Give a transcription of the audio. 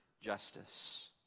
justice